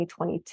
2022